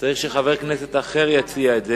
שחבר כנסת אחר יציע את זה.